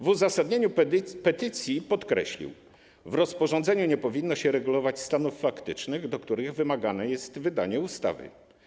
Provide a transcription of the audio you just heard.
W uzasadnieniu petycji podkreślił: w rozporządzeniu nie powinno się regulować stanów faktycznych, do których wymagane jest wydanie ustawy.